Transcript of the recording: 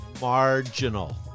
marginal